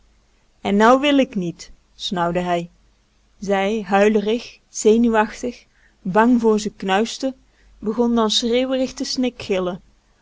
en nou wil ik niet snauwde hij zij huilerig zenuwachtig bang voor z'n knuisten begon dan schreeuwerig te